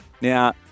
Now